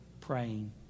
praying